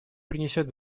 принесет